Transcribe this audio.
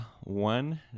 one